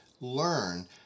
learn